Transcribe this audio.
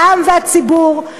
העם והציבור,